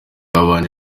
babanje